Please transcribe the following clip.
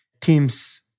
teams